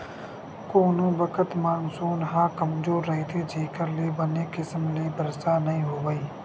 कोनो बखत मानसून ह कमजोर रहिथे जेखर ले बने किसम ले बरसा नइ होवय